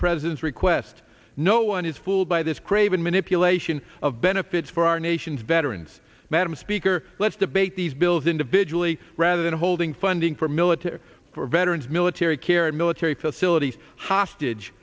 president's request no one is fooled by this craven manipulation of benefits for our nation's veterans madam speaker let's debate these bills individually rather than holding funding for military for veterans military care and military facilities hostage